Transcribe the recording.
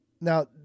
Now